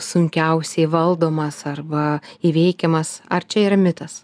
sunkiausiai valdomas arba įveikiamas ar čia yra mitas